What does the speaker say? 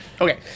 Okay